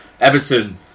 Everton